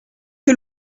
que